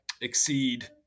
exceed